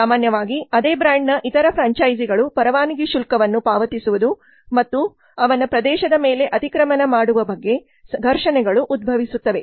ಸಾಮಾನ್ಯವಾಗಿ ಅದೇ ಬ್ರಾಂಡ್ನ ಇತರ ಫ್ರಾಂಚೈಸಿಗಳು ಪರವಾನಗಿ ಶುಲ್ಕವನ್ನು ಪಾವತಿಸುವುದು ಮತ್ತು ಅವನ ಪ್ರದೇಶದ ಮೇಲೆ ಅತಿಕ್ರಮಣ ಮಾಡುವ ಬಗ್ಗೆ ಘರ್ಷಣೆಗಳು ಉದ್ಭವಿಸುತ್ತವೆ